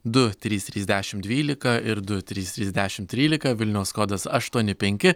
du trys trys dešimt dvylika ir du trys trys dešimt trylika vilniaus kodas aštuoni penki